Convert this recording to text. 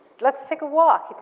let's take a walk.